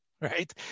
right